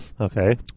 Okay